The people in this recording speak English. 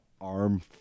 arm